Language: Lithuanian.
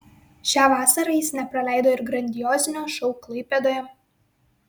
šią vasarą jis nepraleido ir grandiozinio šou klaipėdoje